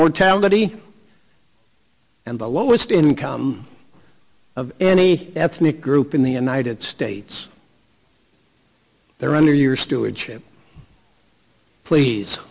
mortality and the lowest income of any ethnic group in the united states they're under your stewardship please